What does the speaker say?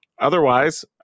Otherwise